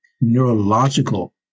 neurological